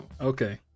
Okay